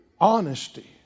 Honesty